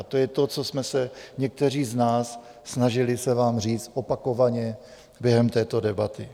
To je to, co jsme se někteří z nás snažili vám říct opakovaně během této debaty.